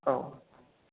औ